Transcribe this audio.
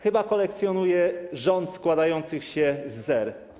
Chyba kolekcjonuje rząd składających się z zer.